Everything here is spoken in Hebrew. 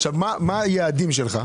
עכשיו מה היעדים שלך?